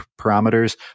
parameters